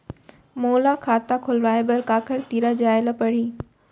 मोला खाता खोलवाय बर काखर तिरा जाय ल परही?